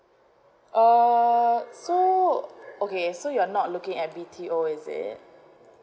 err so okay so you're not looking at B_T_O is it